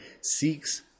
seeks